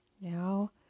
now